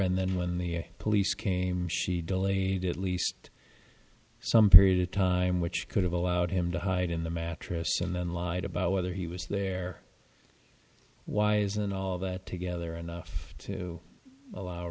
and then when the police came she delayed at least some period of time which could have allowed him to hide in the mattress and then lied about whether he was there wise and all that together enough to allow